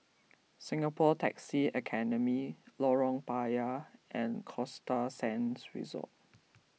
Singapore Taxi Academy Lorong Payah and Costa Sands Resort